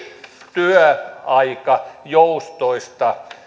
työaikajoustoista